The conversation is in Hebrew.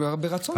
ברצון רב.